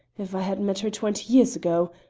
if i had met her twenty years ago!